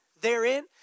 therein